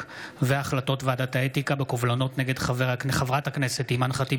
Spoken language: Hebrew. החלטות ועדת האתיקה בקובלנות נגד חברת הכנסת אימאן ח'טיב